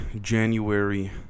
January